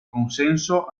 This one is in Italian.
consenso